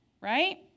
right